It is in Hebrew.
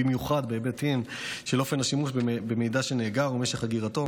בייחוד בהיבטים של אופן השימוש במידע שנאגר ומשך אגירתו.